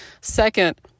Second